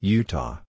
Utah